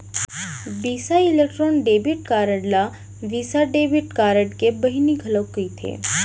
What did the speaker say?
बिसा electron debit card ल Visa debit card के बहिनी घलौक कथें